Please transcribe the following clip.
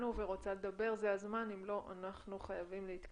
אנחנו פארמה ישראל אנחנו מייצגים